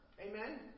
Amen